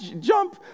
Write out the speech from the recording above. jump